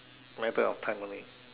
matter of time only